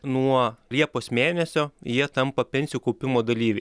nuo liepos mėnesio jie tampa pensijų kaupimo dalyviai